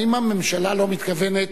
האם הממשלה לא מתכוונת,